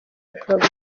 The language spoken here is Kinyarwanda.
bishobora